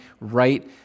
right